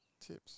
tips